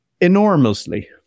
enormously